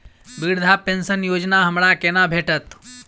वृद्धा पेंशन योजना हमरा केना भेटत?